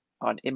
on